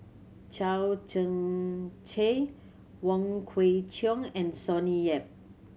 Chao Tzee Cheng Wong Kwei Cheong and Sonny Yap